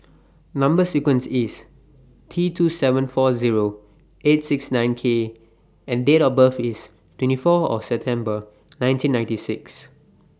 Number sequence IS T two seven four Zero eight six nine K and Date of birth IS twenty four September nineteen ninety six